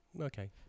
Okay